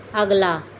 ਅਗਲਾ